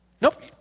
Nope